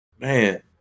Man